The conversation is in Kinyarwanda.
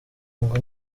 ngo